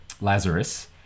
Lazarus